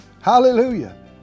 Hallelujah